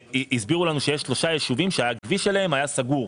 הסבירו לנו שיש שלושה יישובים שהכביש שלהם היה סגור.